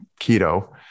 keto